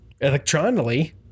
electronically